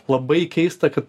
labai keista kad